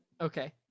okay